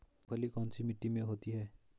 मूंगफली कौन सी मिट्टी में होती है?